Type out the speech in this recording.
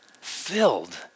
filled